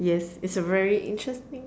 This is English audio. yes it's a very interesting